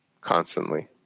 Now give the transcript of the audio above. constantly